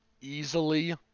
Easily